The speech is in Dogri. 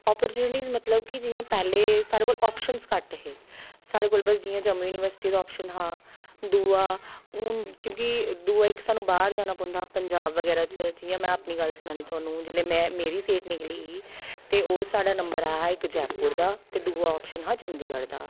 अपॉर्चुनिटिस मतलब कि जि'यां पैह्लें साढ़े कोल ऑप्शन्स घट्ट हे साढ़े कोल बस जि'यां जम्मू युनिवर्सिटी दा ऑप्शन हा दूआ हून क्योंकि दूआ इक सानूं बाह्र जाना पौंदा हा पंजाब बगैरा च जि'यां में अपनी गल्ल सनानी आं थाह्नू जेल्लै मेरी सीट निकली ही ते ओह् साढ़ा नंबर आया हा इक जयपुर दा ते दूआ ऑप्शन हा चंडीगढ़ दा